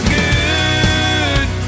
good